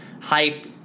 Hype